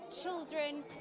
children